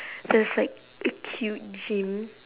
there's like a cute gym